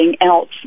else